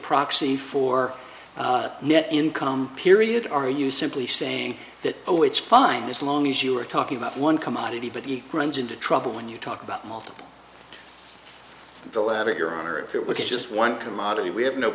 proxy for net income period are you simply saying that oh it's fine as long as you are talking about one commodity but he runs into trouble when you talk about multiple deliver your honor if it was just one commodity we have no